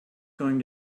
going